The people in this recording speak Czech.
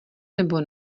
nebo